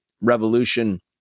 revolution